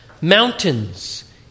mountains